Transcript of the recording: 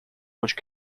which